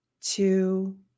two